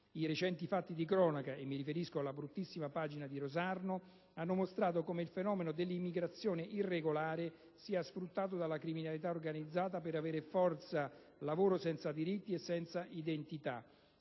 I recenti fatti di cronaca - mi riferisco alla bruttissima pagina di Rosarno - hanno mostrato come il fenomeno dell'immigrazione irregolare sia sfruttato dalla criminalità organizzata per avere forza lavoro senza diritti e senza identità.